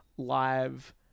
live